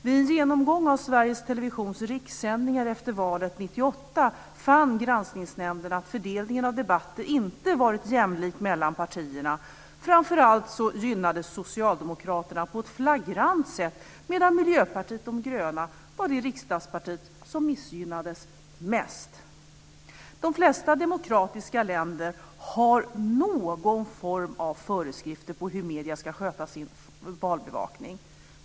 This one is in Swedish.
Vid en genomgång av Sveriges Televisions rikssändningar efter valet 1998 fann Granskningsnämnden att fördelningen av debatter inte varit jämlik mellan partierna. Framför allt gynnades Socialdemokraterna på ett flagrant sätt, medan Miljöpartiet de gröna var det riksdagsparti som missgynnades mest. De flesta demokratiska länder har någon form av föreskrifter för hur medierna ska sköta sin valbevakning.